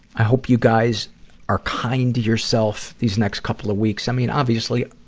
i hope you guys are kind to yourself these next couple of weeks. i mean, obviously,